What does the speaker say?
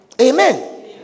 Amen